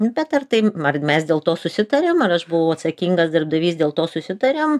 bet ar tai ar mes dėl to susitarėm ar aš buvau atsakingas darbdavys dėl to susitarėm